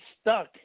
stuck